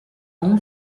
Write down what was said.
own